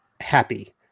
happy